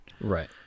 Right